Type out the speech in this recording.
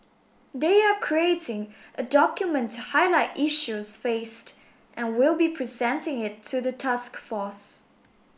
they are creating a document to highlight issues faced and will be presenting it to the task force